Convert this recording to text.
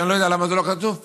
אני לא יודע למה זה לא כתוב פה,